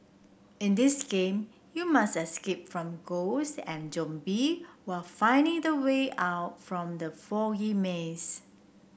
in this game you must escape from ghosts and zombie while finding the way out from the foggy maze